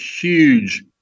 huge